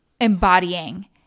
embodying